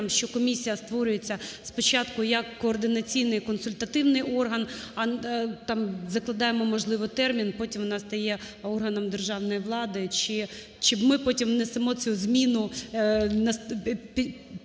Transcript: що комісія створюється спочатку як координаційний і консультативний орган, там закладаємо, можливо, термін, і потім вона стає органом державної влади, чи ми потім внесемо цю зміну після